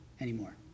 anymore